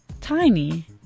Tiny